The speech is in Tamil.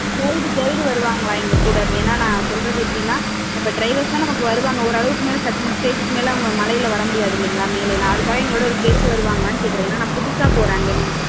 கைடு கைடு வருவாங்களா எங்கள் கூட இப்போ ஏன்னா நான் சொல்லுறது எப்படின்னா இப்போ ட்ரைவர்ஸ் தான் நமக்கு வருவாங்க ஓரளவுக்கு மேலே சர்ட்டன் ஸ்டேஜுக்கு மேலே அவங்க மலையில் வர முடியாது இல்லைங்களா மேலேலாம் அதுக்காக எங்களோட ஒரு கைடு வருவாங்களான் கேட்கறேன் ஏன்னா நான் புதுசாக போகறேன் அங்கே